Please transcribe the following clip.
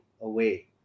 away